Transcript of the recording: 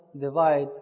divide